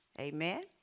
Amen